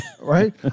right